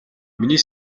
миний